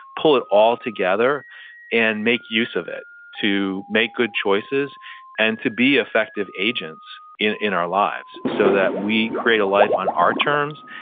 pull it all together and make use of it to make good choices and to be effective agents in in our lives so that we create a life on our terms.